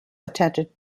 attended